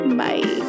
bye